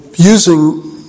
Using